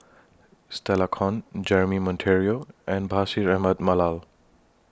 Stella Kon Jeremy Monteiro and Bashir Ahmad Mallal